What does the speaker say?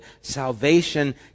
Salvation